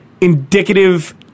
indicative